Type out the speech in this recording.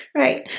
right